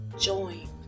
join